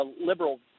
liberal